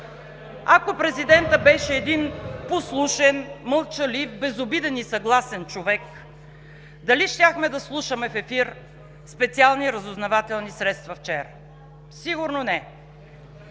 ако президентът беше един послушен, мълчалив, безобиден и съгласен човек, дали щяхме да слушаме в ефир специални разузнавателни средства вчера?! Сигурно не.